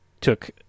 took